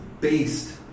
based